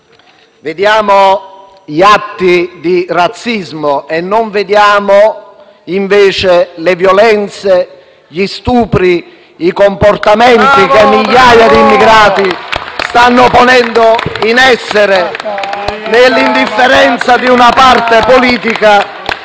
vediamo gli atti di razzismo e non vediamo, invece, le violenze, gli stupri, i comportamenti che migliaia di immigrati stanno ponendo in essere *(Applausi dai Gruppi